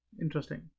Interesting